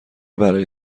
بلایی